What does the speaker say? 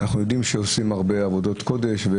אנחנו יודעים שעושים הרבה עבודות קודש.